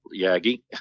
Yagi